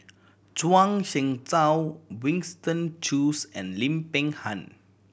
Zhuang Shengtao Winston Choos and Lim Peng Han